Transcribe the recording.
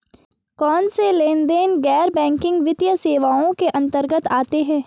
कौनसे लेनदेन गैर बैंकिंग वित्तीय सेवाओं के अंतर्गत आते हैं?